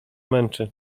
męczy